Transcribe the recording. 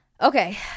okay